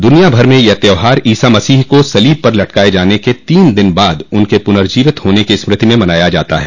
दुनिया भर में यह त्योहार ईसा मसीह को सलीब पर लटकाये जाने के तीन दिन बाद उनके पुनर्जीवित होने की स्मृति में मनाया जाता है